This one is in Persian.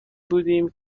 بودیم